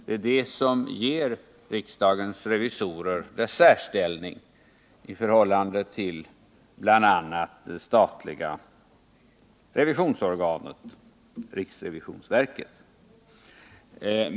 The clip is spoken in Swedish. Det är det som ger riksdagsrevisionen en särställning i förhållande till bl.a. det statliga revisionsorganet, riksrevisionsverket.